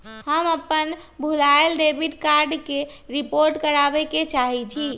हम अपन भूलायल डेबिट कार्ड के रिपोर्ट करावे के चाहई छी